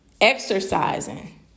exercising